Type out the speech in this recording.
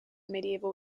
medieval